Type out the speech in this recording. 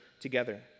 together